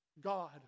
God